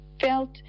felt